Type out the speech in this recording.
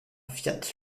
fiat